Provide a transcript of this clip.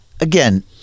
again